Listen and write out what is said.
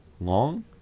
long